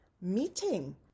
meeting